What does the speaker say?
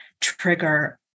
trigger